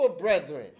brethren